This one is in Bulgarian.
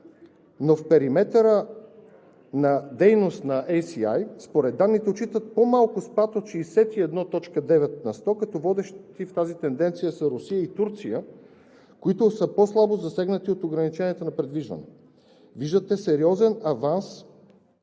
но в периметъра на дейност на Eс Си Ай според данните отчитат по-малко спад от 61,9 на сто, като водещи в тази тенденция са Русия и Турция, които са по-слабо засегнати от ограниченията на придвижване. Виждате сериозен аванс